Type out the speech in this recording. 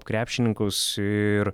krepšininkus ir